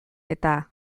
eta